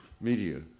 media